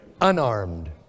unarmed